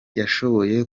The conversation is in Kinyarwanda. yashoboye